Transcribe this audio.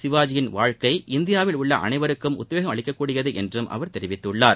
சிவாஜியினுடைய வாழ்க்கை இந்தியாவில் உள்ள அனைவருக்கும் உத்வேகம் அளிக்கக்கூடியது என்றும் அவர் தெரிவித்துள்ளார்